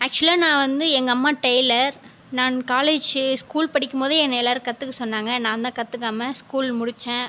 ஆக்சுவலாக நான் வந்து எங்கள் அம்மா டெய்லர் நான் காலேஜ் ஸ்கூல் படிக்கும்போது என்ன எல்லோரும் கற்றுக்க சொன்னாங்க நான் தான் கற்றுக்காம ஸ்கூல் முடித்தேன்